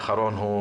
ההרוג האחרון,